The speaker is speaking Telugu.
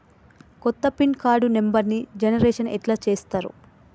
కొత్త పిన్ కార్డు నెంబర్ని జనరేషన్ ఎట్లా చేత్తరు?